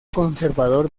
conservador